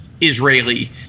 israeli